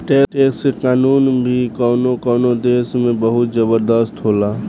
tax के कानून भी कवनो कवनो देश में बहुत जबरदस्त होला